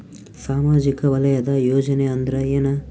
ಸಾಮಾಜಿಕ ವಲಯದ ಯೋಜನೆ ಅಂದ್ರ ಏನ?